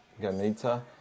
Ganita